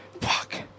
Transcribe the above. Fuck